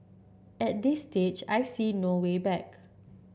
at this stage I see no way back